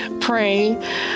pray